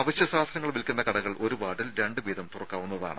അവശ്യ സാധനങ്ങൾ വിൽക്കുന്ന കടകൾ ഒരു വാർഡിൽ രണ്ട് വീതം തുറക്കാവുന്നതാണ്